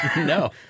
No